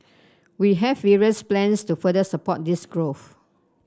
we have various plans to further support this growth